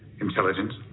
Intelligence